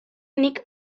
nik